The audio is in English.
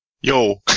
Yo